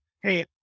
hey